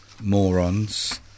morons